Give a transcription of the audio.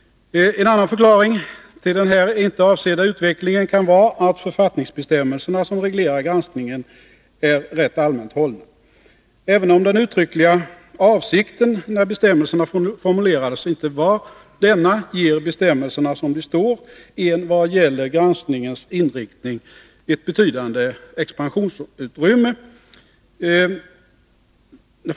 En annan förklaring till den här icke avsedda utvecklingen kan vara att författningsbestämmelserna som reglerar granskningen är rätt allmänt hållna. Även om den uttryckliga avsikten när bestämmelserna formulerades inte var denna, ger bestämmelserna, som det står, ett vad granskningens inriktning beträffar betydande expansionsutrymme.